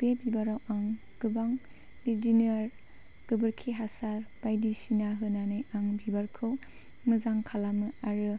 बे बिबाराव आं गोबां बिदिनो आरो गोबोरखि हासार बायदिसिना होनानै आं बिबारखौ मोजां खालामो आरो